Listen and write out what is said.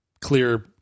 clear